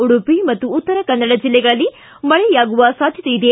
ಉಡುಪಿ ಮತ್ತು ಉತ್ತರ ಕನ್ನಡ ಜಿಲ್ಲೆಗಳಲ್ಲಿ ಮಳೆಯಾಗುವ ಸಾಧ್ಯತೆ ಇದೆ